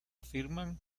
afirman